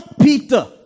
Peter